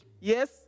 Yes